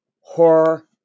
Horror